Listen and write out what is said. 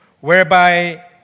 whereby